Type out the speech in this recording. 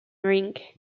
rink